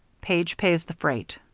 page pays the freight.